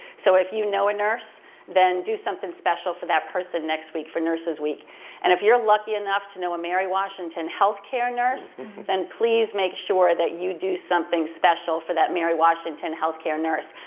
so if you know a nurse then do something special for that person next week for nurses week and if you're lucky enough to know a mary washington healthcare nurse then please make sure that you do something special for that mary washington healthcare nurse.